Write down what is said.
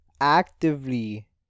actively